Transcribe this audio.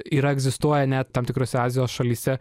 yra egzistuoja net tam tikrose azijos šalyse